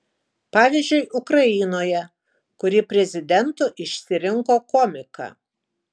pavyzdžiui ukrainoje kuri prezidentu išsirinko komiką